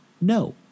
no